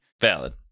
valid